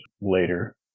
later